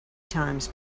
times